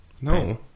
no